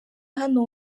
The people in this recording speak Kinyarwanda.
hano